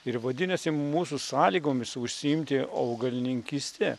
ir vadinasi mūsų sąlygomis užsiimti augalininkyste